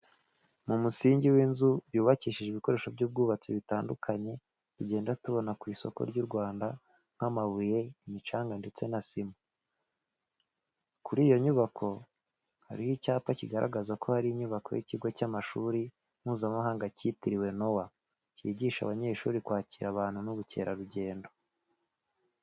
Mu musingi w'inzu yubakishije ibikoresho by'ubwubatsi bitandukanye tugenda tubona ku isoko ry'u Rwanda nk'amabuye, imicanga ndetse na sima. Kuri iyo nyubako hariho icyapa kigaragaza ko ari inyubako y'ikigo cy'amashuri Mpuzamahanga cyitiriwe Nowa, cyigisha abanyeshuri kwakira abantu n'ubukerarugendo.